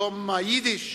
יום היידיש,